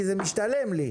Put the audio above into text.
כי זה משתלם לי.